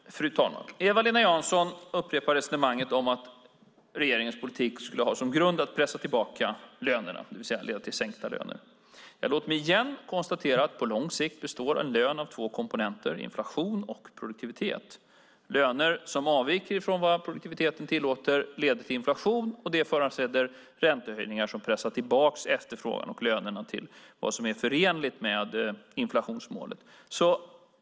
Fru talman! Eva-Lena Jansson upprepar resonemanget om att regeringens politik skulle ha som grund att pressa tillbaka lönerna, det vill säga leda till sänkta löner. Låt mig igen konstatera att på lång sikt består en lön av två komponenter, inflation och produktivitet. Löner som avviker från vad produktiviteten tillåter leder till inflation, och det föranleder räntehöjningar som pressar tillbaka efterfrågan och lönerna till vad som är förenligt med inflationsmålet.